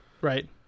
Right